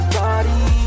body